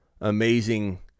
amazing